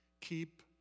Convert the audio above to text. keep